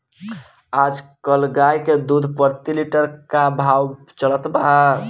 आज कल गाय के दूध प्रति लीटर का भाव चलत बा?